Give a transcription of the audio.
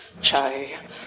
Chai